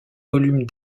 volumes